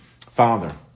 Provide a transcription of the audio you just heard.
Father